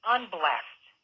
Unblessed